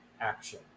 action